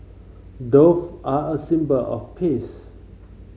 dove are a symbol of peace